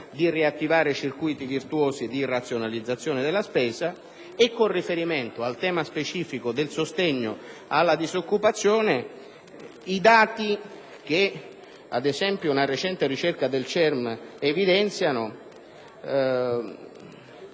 di riattivare circuiti virtuosi di razionalizzazione della spesa. Con riferimento al tema specifico del sostegno alla disoccupazione, i dati che, ad esempio, una recente ricerca del CERN evidenzia